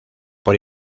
por